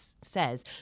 says